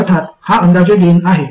अर्थात हा अंदाजे गेन आहे